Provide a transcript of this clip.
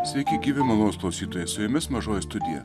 sveiki gyvi malonūs klausytojai su jumis mažoji studija